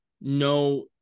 no